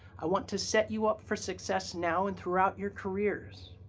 i want to set you up for success now and throughout your careers.